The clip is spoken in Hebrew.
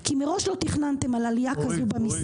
כי מראש לא תכננתם עלייה כזאת במסים,